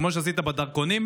כמו שעשית בדרכונים.